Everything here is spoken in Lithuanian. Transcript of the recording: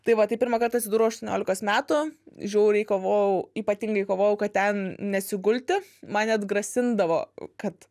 tai va tai pirmą kartą atsidūriau aštuoniolikos metų žiauriai kovojau ypatingai kovojau kad ten nesigulti man net grasindavo kad